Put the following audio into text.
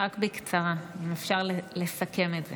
רק בקצרה, אם אפשר לסכם את זה.